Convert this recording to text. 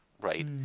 right